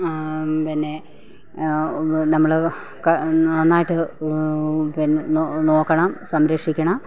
പിന്നെ നമ്മൾ നന്നായിട്ട് പിന്നെ നോക്കണം സംരക്ഷിക്കണം